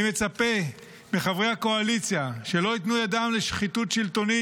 אני מצפה מחברי הקואליציה שלא ייתנו ידם לשחיתות השלטונית